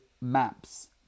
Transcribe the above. maps